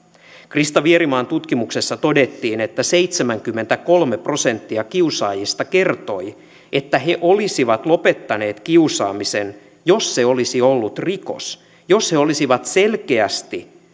krista vierimaan tutkimuksessa todettiin että seitsemänkymmentäkolme prosenttia kiusaajista kertoi että he olisivat lopettaneet kiusaamisen jos se olisi ollut rikos jos he olisivat selkeästi